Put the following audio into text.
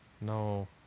No